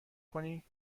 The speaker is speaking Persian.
کنی